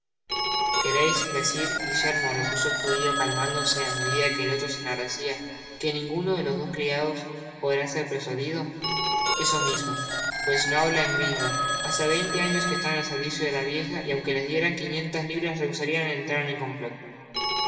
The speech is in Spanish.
quereis decir guillermo repuso el judio calmándose á medida que el otro se enardecia que ninguno de los dos criados podrá ser persuadido eso mismo pues no habla en gringo hace veinte años que están al servicio de la vieja y aun que les dieran quinientas libras rehusarian entrar en el complot si